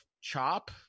Chop